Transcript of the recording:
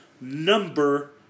number